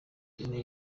ine